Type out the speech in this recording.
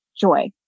joy